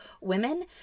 women